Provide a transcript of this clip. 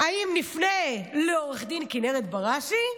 האם נפנה לעו"ד כנרת בראשי?